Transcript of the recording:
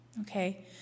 okay